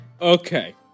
Okay